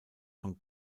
von